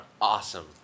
awesome